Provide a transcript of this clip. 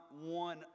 one